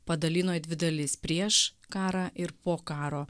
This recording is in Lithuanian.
padalino į dvi dalis prieš karą ir po karo